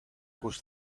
was